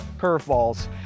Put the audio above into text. curveballs